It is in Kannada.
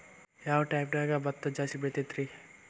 ಯಾವ ಟೈಮ್ಗೆ ಭತ್ತ ಜಾಸ್ತಿ ಬೆಳಿತೈತ್ರೇ?